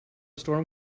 storm